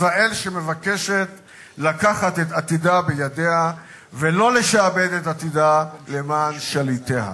ישראל שמבקשת לקחת את עתידה בידיה ולא לשעבד את עתידה למען שליטיה.